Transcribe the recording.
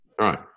right